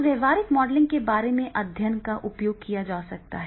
तो व्यवहारिक मॉडलिंग के मामले में अध्ययन का उपयोग किया जा सकता है